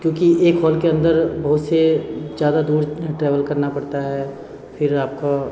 क्योंकि एक हॉल के अन्दर बहुत से ज़्यादा दूर ट्रेवल करना पड़ता है फिर आपका